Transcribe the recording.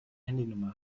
handynummer